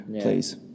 please